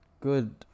good